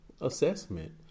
assessment